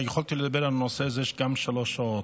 ויכולתי לדבר על הנושא הזה גם שלוש שעות,